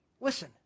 Listen